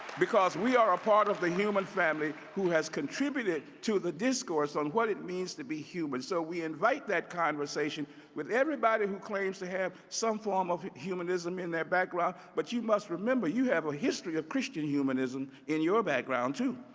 because we are a part of the human family who has contributed to the discourse on what it means to be human. so we invite that conversation with everybody who claims to have some form of humanism in their background, but you must remember, you have a history of christian humanism in your background, too.